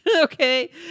Okay